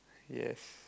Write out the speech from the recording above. yes